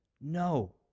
No